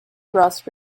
ross